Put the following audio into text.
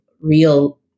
real